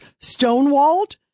stonewalled